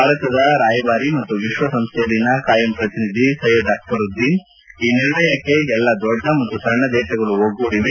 ಭಾರತದ ರಾಯಭಾರಿ ಮತ್ತು ವಿಶ್ವಸಂಸ್ಥೆಯಲ್ಲಿನ ಕಾಯಂ ಪ್ರತಿನಿಧಿ ಸೈಯದ್ ಅಕ್ಟರುದ್ದೀನ್ ಈ ನಿರ್ಣಯಕ್ಕೆ ಎಲ್ಲ ದೊಡ್ಡ ಮತ್ತು ಸಣ್ಣ ದೇಶಗಳು ಒಗ್ಗೂಡಿವೆ